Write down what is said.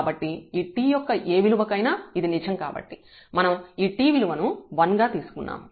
కాబట్టి ఈ t యొక్క ఏ విలువ కైనా ఇది నిజం కాబట్టి మనం ఈ t విలువ ను 1 గా తీసుకున్నాము